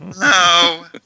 No